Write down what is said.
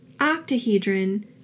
octahedron